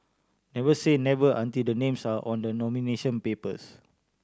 never say never until the names are on the nomination papers